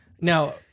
Now—